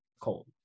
cold